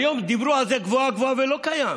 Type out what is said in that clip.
היום דיברו על זה גבוהה-גבוהה, וזה לא קיים.